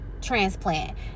transplant